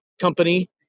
company